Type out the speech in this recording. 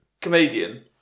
comedian